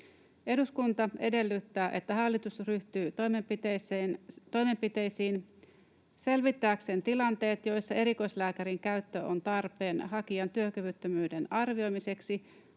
”Eduskunta edellyttää, että hallitus ryhtyy toimenpiteisiin selvittääkseen tilanteet, joissa erikoislääkärin käyttö on tarpeen hakijan työkyvyttömyyden arvioimiseksi